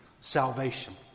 salvation